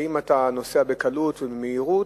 האם אתה נוסע בקלות ובמהירות.